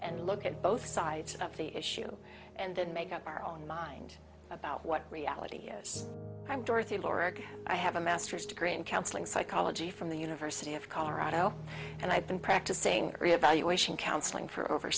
and look at both sides of the issue and then make up our own mind about what reality is i'm dorothy lorica i have a master's degree in counseling psychology from the university of colorado and i've been practicing reevaluation counseling for